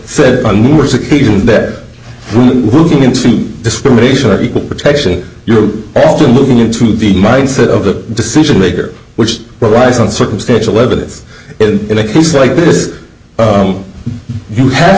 moving into discrimination or equal protection you're also moving into the mindset of the decision maker which relies on circumstantial evidence in a case like this you have